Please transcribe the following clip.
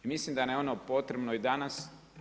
Mislim da nam je ono potrebno i danas.